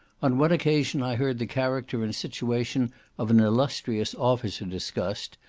on one occasion i heard the character and situation of an illustrious officer discussed,